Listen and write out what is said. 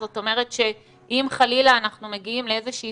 זאת אומרת שאם חלילה אנחנו מגיעים לאיזה שהיא